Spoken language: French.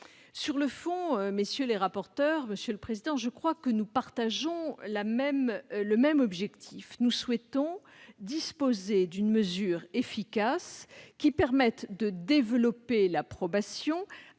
Sur le fond, messieurs les rapporteurs, monsieur le président, je crois que nous partageons le même objectif : nous souhaitons disposer d'une mesure efficace qui permette de développer la probation,